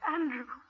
Andrew